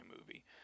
movie